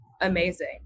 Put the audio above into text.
amazing